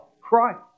Christ